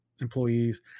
employees